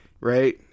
right